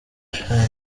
sha